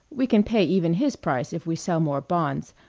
we can pay even his price if we sell more bonds,